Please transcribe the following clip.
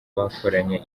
bakoranye